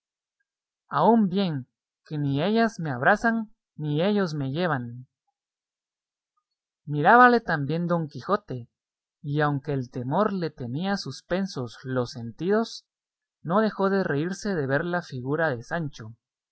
aún bien que ni ellas me abrasan ni ellos me llevan mirábale también don quijote y aunque el temor le tenía suspensos los sentidos no dejó de reírse de ver la figura de sancho